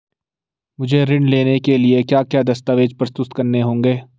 मुझे ऋण लेने के लिए क्या क्या दस्तावेज़ प्रस्तुत करने होंगे?